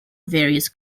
various